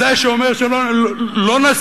זה שאומר שלא נסכים,